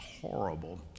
horrible